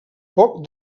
poc